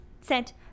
Sent